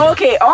Okay